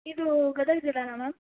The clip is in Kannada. ಇದು ಗದಗ್ ಜಿಲ್ಲೆನ ಮ್ಯಾಮ್